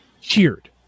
cheered